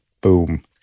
boom